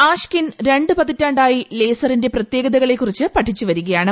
Ashkin രണ്ട് പതിറ്റാണ്ടായി ലേസറിന്റെ പ്രത്യേകതകളെക്കുറിച്ച് പഠിച്ചു വരികയാണ്